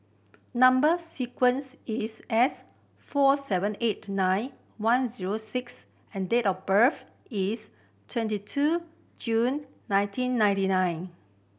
number sequence is S four seven eight nine one zero six and date of birth is twenty two June nineteen ninety nine